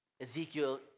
Ezekiel